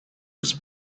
his